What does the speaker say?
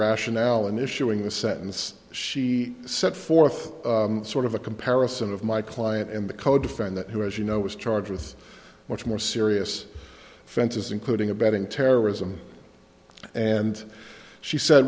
rationale in issuing the sentence she set forth sort of a comparison of my client in the code to find that who as you know was charged with much more serious offenses including abetting terrorism and she said